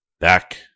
Back